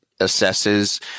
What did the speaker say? assesses